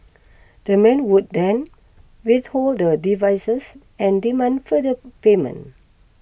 the man would then withhold the devices and demand further payment